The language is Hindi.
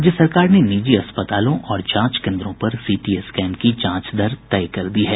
राज्य सरकार ने निजी अस्पतालों और जांच केन्द्रों पर सीटी स्कैन की जांच दर तय कर दी है